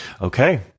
Okay